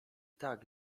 tak